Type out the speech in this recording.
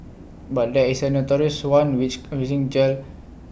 but there is A notorious one which gel